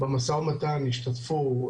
במשא-ומתן השתתפו,